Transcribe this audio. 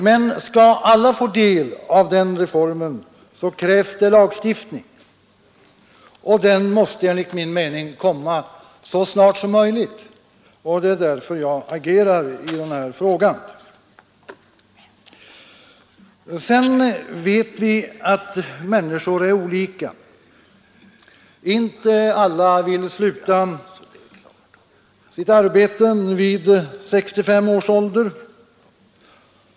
Men skall alla få del av den reformen krävs det lagstiftning och den måste enligt min mening komma så snart som möjligt. Det är därför jag agerar i den här frågan. Sedan vet vi att människor är olika. Inte alla vill sluta sitt arbete vid 65 års ålder.